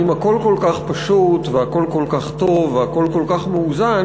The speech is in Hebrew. אם הכול כל כך פשוט והכול כל כך טוב והכול כל כך מאוזן,